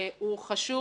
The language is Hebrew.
הוא חשוב.